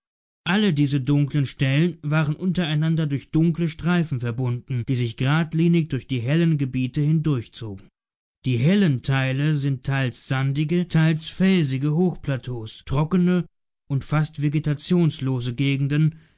alle diese dunkeln stellen waren untereinander durch dunkle streifen verbunden die sich geradlinig durch die hellen gebiete hindurchzogen die hellen teile sind teils sandige teils felsige hochplateaus trockene und fast vegetationslose gegenden